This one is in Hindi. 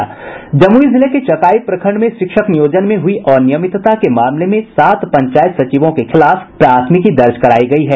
जमुई जिले के चकाई प्रखंड में शिक्षक नियोजन में हुई अनियमितता के मामले में सात पंचायत सचिवों के खिलाफ प्राथमिकी दर्ज करायी गयी है